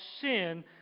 sin